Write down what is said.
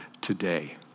today